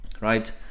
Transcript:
right